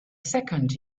second